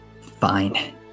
fine